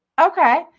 Okay